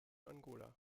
angola